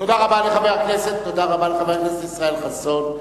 תודה רבה לחבר הכנסת ישראל חסון.